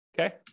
okay